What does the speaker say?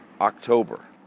October